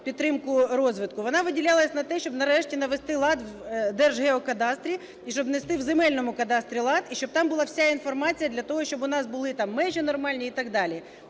підтримку розвитку, вона виділялась на те, щоб нарешті навести лад в Держгеокадастрі і щоб навести в Земельному кадастрі лад, і щоб там була вся інформація для того, щоб у нас були межі нормальні і так далі.